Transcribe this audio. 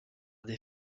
des